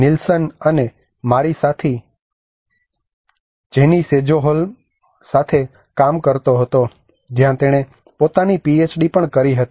Nilsson અને મારી સાથી જેની સેજોહોલમ સાથે કામ કરતો હતો જ્યાં તેણે પોતાની પીએચડી પણ કરી હતી